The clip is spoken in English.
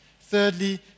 Thirdly